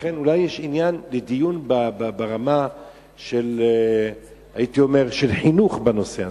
לכן אולי יש עניין לדיון ברמה של חינוך בנושא הזה.